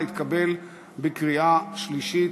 חקיקה) (מס' 2) התקבל בקריאה שלישית.